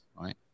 right